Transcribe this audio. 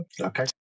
Okay